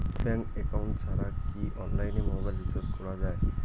Bank account ছাড়া কি অনলাইনে মোবাইল রিচার্জ করা যায়?